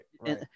right